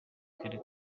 kare